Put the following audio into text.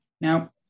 Now